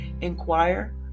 inquire